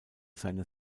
seine